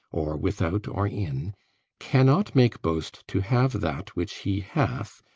or without or in cannot make boast to have that which he hath,